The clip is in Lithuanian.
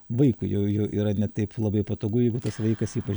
vaikui jau jau yra ne taip labai patogu jeigu tas vaikas ypač